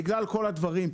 בגלל כל הדברים.